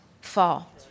fall